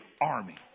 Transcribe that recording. army